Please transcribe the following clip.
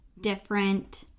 different